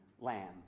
lamb